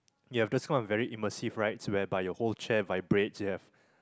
you have this kind of very immersive rides whereby your whole chair vibrates you have